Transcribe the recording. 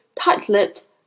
tight-lipped